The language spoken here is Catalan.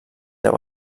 deu